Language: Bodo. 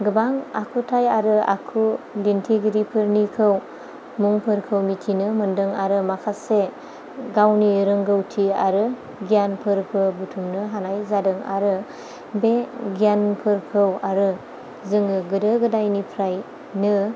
गोबां आखुथाइ आरो आखु दिन्थिगिरिफोरनिखौ मुंफोरखौ मिथिनो मोन्दों आरो माखासे गावनि रोंगौथि आरो गियानफोरखौ बुथुमनो हानाय जादों आरो बे गियानफोरखौ आरो जोङो गोदो गोदायनिफ्रायनो